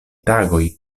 tagoj